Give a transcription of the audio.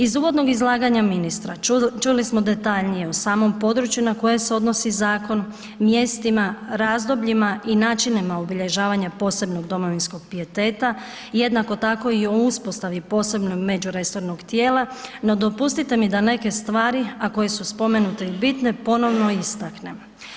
Iz uvodnog izlaganja ministra čuli smo detaljnije o samom području na koje se odnosi zakona, mjestima razdobljima i načinima obilježavanja posebnog domovinskog pijeteta, jednako tako i o uspostavi posebno međuresornog tijela no dopustite mi da neke stvari a koje su spomenute i bitne, ponovno istaknem.